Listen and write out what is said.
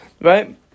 right